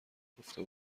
گفته